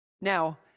Now